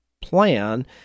plan